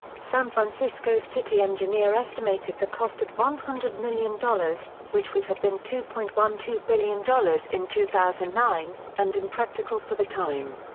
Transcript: san francisco's city engineer estimated the cost at one hundred million dollars, which would have been two point one two billion dollars in two thousand and nine, and impractical for the time.